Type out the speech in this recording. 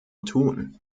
tun